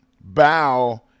bow